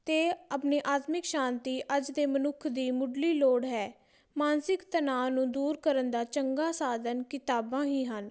ਅਤੇ ਆਪਣੇ ਆਤਮਿਕ ਸ਼ਾਂਤੀ ਅੱਜ ਦੇ ਮਨੁੱਖ ਦੇ ਮੁੱਢਲੀ ਲੋੜ ਹੈ ਮਾਨਸਿਕ ਤਨਾਅ ਨੂੰ ਦੂਰ ਕਰਨ ਦਾ ਚੰਗਾ ਸਾਧਨ ਕਿਤਾਬਾਂ ਹੀ ਹਨ